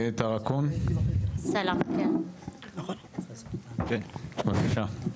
סאלם, כן, בבקשה.